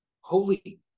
holy